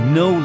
no